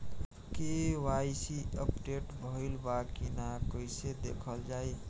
KYC update भइल बा कि ना कइसे देखल जाइ?